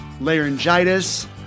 laryngitis